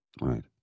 Right